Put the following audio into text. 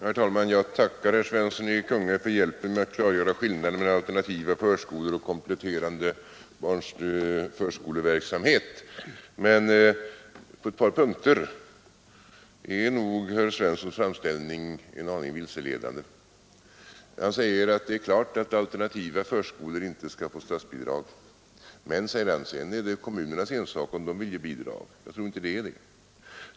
Herr talman! Jag tackar herr Svensson i Kungälv för hjälpen med att klargöra skillnaden mellan alternativa förskolor och kompletterande förskoleverksamhet. Men på ett par punkter är nog herr Svenssons framställning en aning vilseledande. Han säger att det är klart att alternativa förskolor inte skall få statsbidrag. Men, fortsätter han, sedan är det kommunernas ensak om de vill ge bidrag. Jag tror inte det.